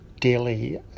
daily